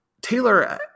Taylor